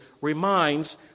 reminds